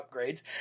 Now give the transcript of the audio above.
upgrades